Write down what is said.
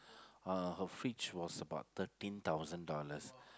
uh her fridge was about thirteen thousand dollars